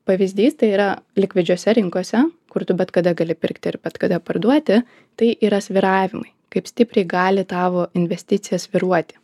pavyzdys tai yra likvidžiose rinkose kur tu bet kada gali pirkti ir bet kada parduoti tai yra svyravimai kaip stipriai gali tavo investicija svyruoti